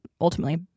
ultimately